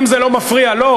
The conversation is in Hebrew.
אם זה לא מפריע לו,